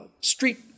street